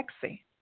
sexy